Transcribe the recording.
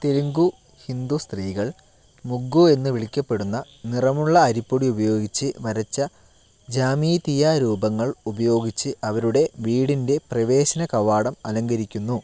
തെലുങ്കു ഹിന്ദുസ്ത്രീകൾ മുഗ്ഗു എന്ന് വിളിക്കപ്പെടുന്ന നിറമുള്ള അരിപ്പൊടി ഉപയോഗിച്ച് വരച്ച ജ്യാമിതീയരൂപങ്ങൾ ഉപയോഗിച്ച് അവരുടെ വീടിൻ്റെ പ്രവേശനകവാടം അലങ്കരിക്കുന്നു